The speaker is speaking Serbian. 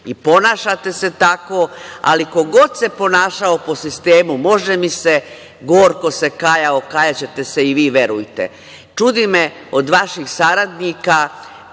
I ponašate se tako, ali ko god se ponašao po sistemu „može mi se“ gorko se kajao, kajaće se i vi, verujte. Čudi me od vaših saradnika,